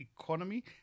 economy